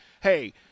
hey